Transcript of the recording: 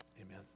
amen